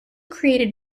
created